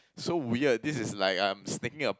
so weird this is like I'm a sneaking a